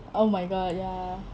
oh my god ya